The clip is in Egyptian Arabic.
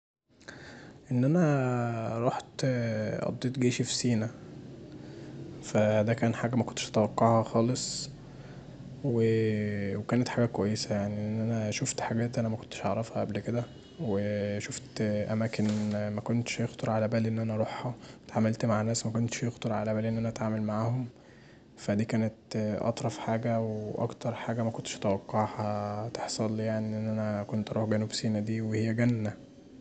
ان انا روحت قضيت جيشي في سينا، فدا حاجه مكنتش اتوقعها خالص وكانت حاجه كويسه يعني ان انا شوفت حاجات انا مكنتش اعرفها قبل كدا، شوفت اماكن مكانش يخطر علي بالي ان انا ارةحها، اتعاملت مع ناس مكانش يخطر علي بالي اتعامل معاهم، فدي كانت أطرف حاجه واكتر حاجه مكنتش اتوقعها وتحصلي ان انا اروح جنوب سينا دي وهي جنة.